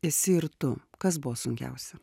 esi ir tu kas buvo sunkiausia